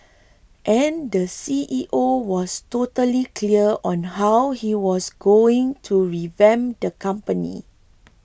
and the C E O was totally clear on how he was going to revamp the company